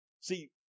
See